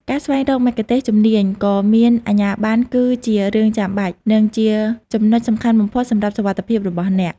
ការស្វែងរកមគ្គុទ្ទេសក៍ជំនាញ និងមានអាជ្ញាប័ណ្ណគឺជារឿងចាំបាច់ និងជាចំណុចសំខាន់បំផុតសម្រាប់សុវត្ថិភាពរបស់អ្នក។